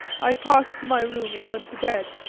i passed to my room and went to bed,